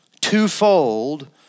twofold